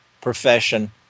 profession